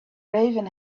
raven